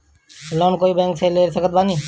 Loan कोई bank से ले सकत बानी?